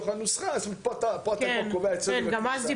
אז פה אתה כבר קובע את סדר הכניסה.